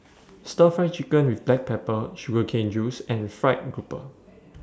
Stir Fry Chicken with Black Pepper Sugar Cane Juice and Fried Grouper